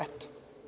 Eto.